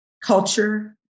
Culture